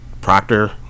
Proctor